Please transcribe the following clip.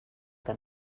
que